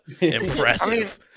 Impressive